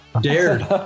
dared